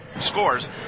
scores